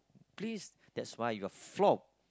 please that's why you're flop